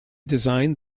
designed